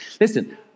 Listen